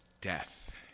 death